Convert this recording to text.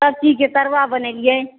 सब चीजकेँ तरुआ बनेलियै